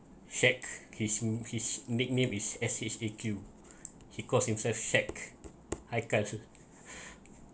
shaq his his nickname is S_H_A_Q he called himself shaq hikers